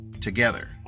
together